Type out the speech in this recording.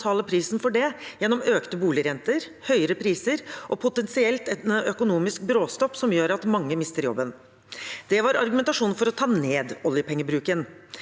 prisen for det gjennom økte boligrenter, høyere priser og potensielt en økonomisk bråstopp som gjør at mange mister jobben. Det var argumentasjonen for å ta ned oljepengebruken.